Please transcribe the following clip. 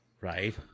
right